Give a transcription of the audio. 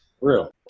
Real